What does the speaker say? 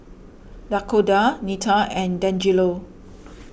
Dakoda Neta and Dangelo